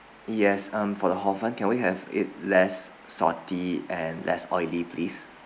yes um for the hor fun can we have it less salty and less oily please